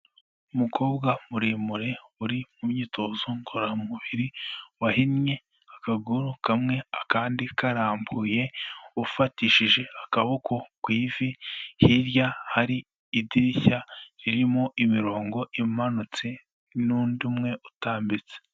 Umukobwa muremure uri mu myitozo ngororamubiri, wahinnye akaguru kamwe akandi karambuye, ufatishije akaboko ku ivi, hirya hari idirishya ririmo imirongo imanutse n'undi umwe utambitse.